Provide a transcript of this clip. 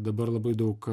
dabar labai daug